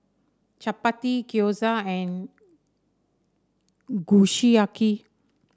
Chapati Gyoza and Kushiyaki